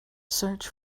search